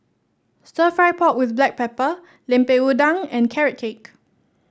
stir fry pork with Black Pepper Lemper Udang and Carrot Cake